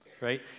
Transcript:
right